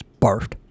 barfed